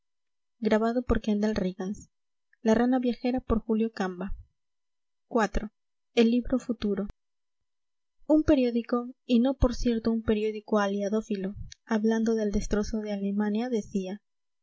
iv el libro futuro un periódico y no por cierto un periódico aliadófilo hablando del destrozo de alemania decía